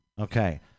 okay